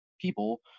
people